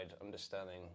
understanding